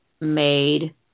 made